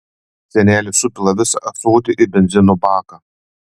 senelis supila visą ąsotį į benzino baką